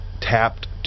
tapped